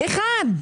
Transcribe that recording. אחת.